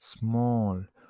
small